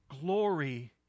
glory